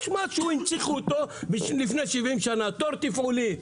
יש משהו, הנציחו אותו לפני 70 שנה, תור תפעולי.